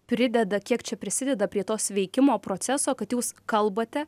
prideda kiek čia prisideda prie to sveikimo proceso kad jūs kalbate